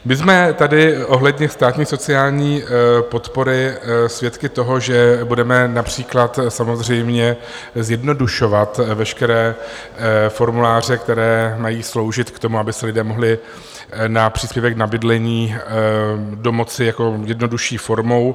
My jsme tady ohledně státní sociální podpory svědky toho, že budeme například samozřejmě zjednodušovat veškeré formuláře, které mají sloužit k tomu, aby se lidé mohli na příspěvek na bydlení domoci jednodušší formou.